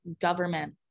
government